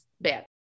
bad